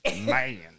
Man